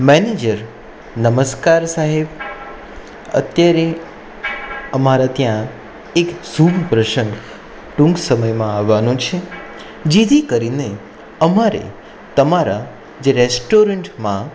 manager નમસ્કાર સાહેબ અત્યારે અમારા ત્યાં એક શુભ પ્રસંગ ટૂંક સમયમાં આવવાનો છે જેથી કરીને અમારે તમારા જે રેસ્ટોરન્ટમાં